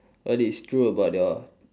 what is true about your